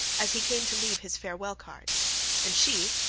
as he came to leave his farewell card and she,